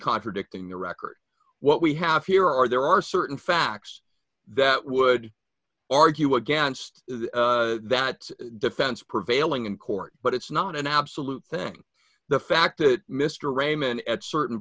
contradicting the record what we have here or there are certain facts that would argue against that defense prevailing in court but it's not an absolute thing the fact that mr raymond at certain